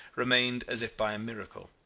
remained as if by a miracle.